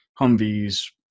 Humvees